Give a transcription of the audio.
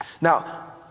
Now